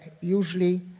usually